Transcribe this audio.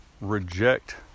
reject